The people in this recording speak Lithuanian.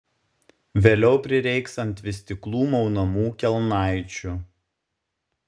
vėliau prireiks ant vystyklų maunamų kelnaičių